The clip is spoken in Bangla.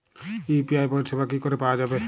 ইউ.পি.আই পরিষেবা কি করে পাওয়া যাবে?